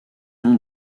nom